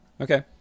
Okay